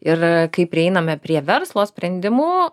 ir kai prieiname prie verslo sprendimų